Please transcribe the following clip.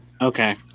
Okay